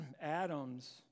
atoms